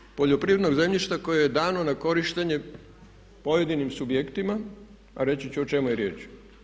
Razvoj poljoprivrednog zemljišta koje je dano na korištenje pojedinim subjektima a reći ću o čemu je riječ.